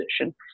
position